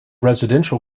residential